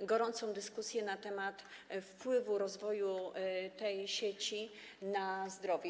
gorącą dyskusję na temat wpływu rozwoju tej sieci na zdrowie.